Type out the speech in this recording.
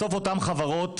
בסוף אותן חברות,